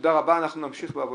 תודה רבה, אנחנו נמשיך בעבודה.